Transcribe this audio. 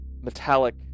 metallic